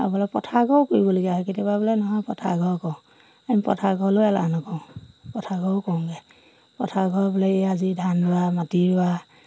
আৰু বোলে পথাৰ ঘৰো কৰিবলগীয়া হয় কেতিয়াবা বোলে নহয় পথাৰ ঘৰ কৰ আমি পথাৰ ঘৰলৈ এলাহ নকৰোঁ পথাৰ ঘৰো কৰোগৈ পথাৰ ঘৰ বোলে এইয়া আজি ধান ৰোৱা মাটি ৰোৱা